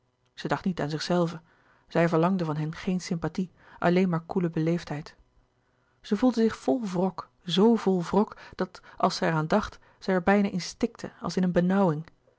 zij dacht niet aan zichzelve zij verlangde van hen geen sympathie alleen maar koele beleefdlouis couperus de boeken der kleine zielen heid zij voelde zich vol wrok zo vol wrok dat als zij er aan dacht zij er bijna in stikte als in eene